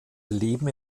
leben